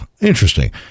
Interesting